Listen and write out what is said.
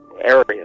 areas